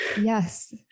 yes